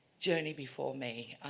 journey before me.